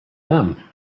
them